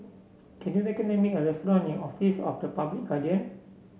can you recommend me a restaurant near Office of the Public Guardian